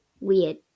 weird